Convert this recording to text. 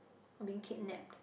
or being kidnapped